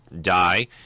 die